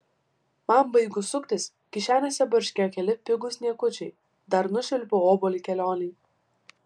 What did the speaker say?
man baigus suktis kišenėse barškėjo keli pigūs niekučiai dar nušvilpiau obuolį kelionei